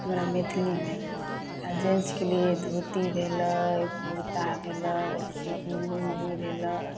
हमरा मैथिलीमे आ जेंट्सके लिए धोती भेलै कुर्ता भेलै जैसेकि लुँगी भेलै